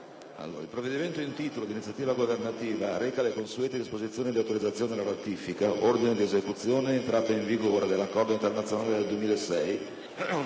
il provvedimento in titolo, d'iniziativa governativa, reca le consuete disposizioni di autorizzazione alla ratifica, ordine di esecuzione ed entrata in vigore dell'Accordo internazionale del 2006